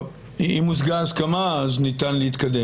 טוב, אם הושגה הסכמה, אז ניתן להתקדם.